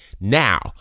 now